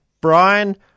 Brian